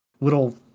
little